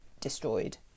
destroyed